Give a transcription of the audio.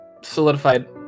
solidified